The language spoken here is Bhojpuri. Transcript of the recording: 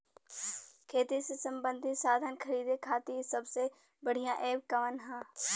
खेती से सबंधित साधन खरीदे खाती सबसे बढ़ियां एप कवन ह?